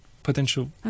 potential